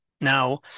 Now